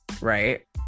right